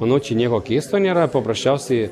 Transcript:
anot čia nieko keisto nėra paprasčiausiai